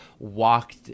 Walked